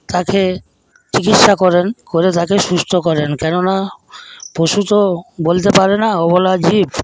তাকে চিকিৎসা করেন করে তাকে সুস্থ করেন কেননা পশু তো বলতে পারে না অবলা জীব